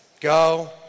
Go